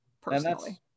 personally